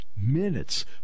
minutes